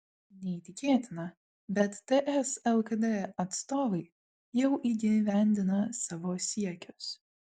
neįtikėtina bet ts lkd atstovai jau įgyvendina savo siekius